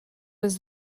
was